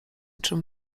czym